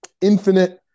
infinite